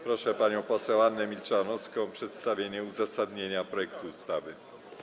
Proszę panią poseł Annę Milczanowską o przedstawienie uzasadnienia projektu ustawy.